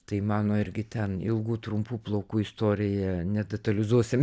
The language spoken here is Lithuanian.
tai mano irgi ten ilgų trumpų plaukų istorija nedetalizuosim